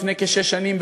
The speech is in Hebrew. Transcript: לפני כשש שנים,